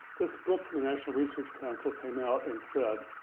this book from the national research council came out and said,